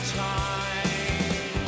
time